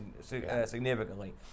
significantly